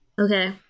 Okay